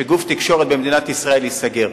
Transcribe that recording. שגוף תקשורת במדינת ישראל ייסגר.